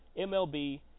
MLB